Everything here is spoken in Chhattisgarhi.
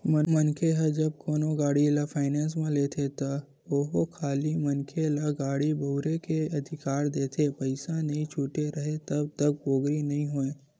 मनखे ह जब कोनो गाड़ी ल फायनेंस म लेथे त ओहा खाली मनखे ल गाड़ी बउरे के अधिकार देथे पइसा नइ छूटे राहय तब तक पोगरी नइ होय